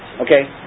okay